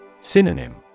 Synonym